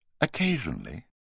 Occasionally